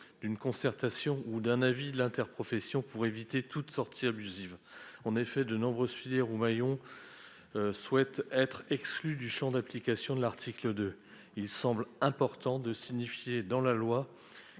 d'une concertation ou d'un avis de l'interprofession pour éviter toute sortie abusive. En effet, de nombreuses filières ou de nombreux maillons de celles-ci souhaitent être exclus du champ d'application de l'article 2. Il semble important de préciser que l'accord